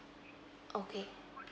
okay